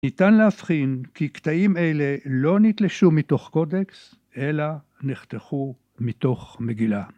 ‫ניתן להבחין כי קטעים אלה ‫לא נתלשו מתוך קודקס, ‫אלא נחתכו מתוך מגילה.